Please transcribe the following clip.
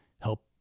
help